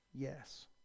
Yes